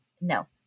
no